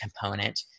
component